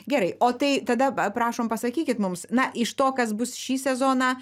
gerai o tai tada prašom pasakykit mums na iš to kas bus šį sezoną